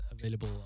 Available